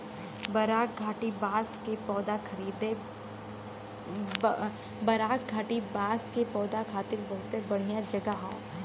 बराक घाटी बांस के पौधा खातिर बहुते बढ़िया जगह हौ